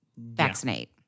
vaccinate